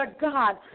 God